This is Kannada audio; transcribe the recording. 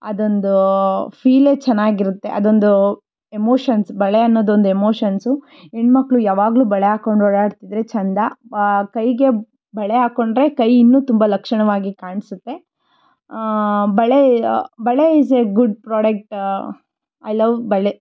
ಅದೊಂದು ಫೀಲೇ ಚೆನ್ನಾಗಿರುತ್ತೆ ಅದೊಂದು ಎಮೋಷನ್ಸ್ ಬಳೆ ಅನ್ನೋದೊಂದು ಎಮೋಷನ್ಸು ಹೆಣ್ಮಕ್ಳು ಯಾವಾಗ್ಲು ಬಳೆ ಹಾಕೊಂಡ್ ಓಡಾಡ್ತಿದ್ದರೆ ಚೆಂದ ಕೈಗೆ ಬಳೆ ಹಾಕೊಂಡ್ರೆ ಕೈ ಇನ್ನೂ ತುಂಬ ಲಕ್ಷಣವಾಗಿ ಕಾಣಿಸುತ್ತೆ ಬಳೆ ಬಳೆ is a good product I love ಬಳೆ